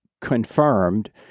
confirmed